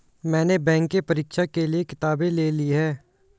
मैने बैंक के परीक्षा के लिऐ किताबें ले ली हैं